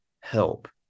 help